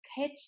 catch